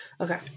okay